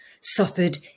suffered